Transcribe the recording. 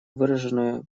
выраженную